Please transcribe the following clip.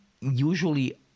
Usually